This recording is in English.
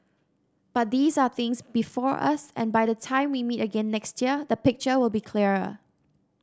but these are things before us and by the time we meet again next year the picture will be clearer